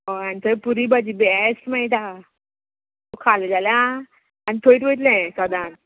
हय आनी थंय पुरी भाजी बॅस्ट मेळटा तूं खालें जाल्या आनी थंयच वयतलें सदांच